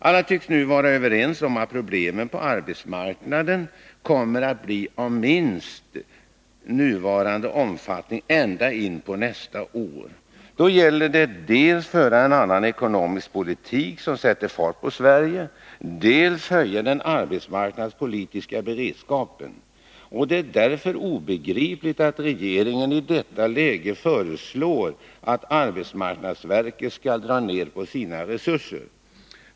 Alla tycks nu vara överens om att problemen på arbetsmarknaden kommer att bli av minst nuvarande omfattning ända in på nästa år. Då gäller det att dels föra en annan ekonomisk politik som sätter fart på Sverige, dels höja den arbetsmarknadspolitiska beredskapen. Det är därför obegripligt att rege ringen i detta läge föreslår att arbetsmarknadsverket skall dra ned på sina resurser.